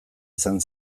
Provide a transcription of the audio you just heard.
izan